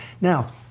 Now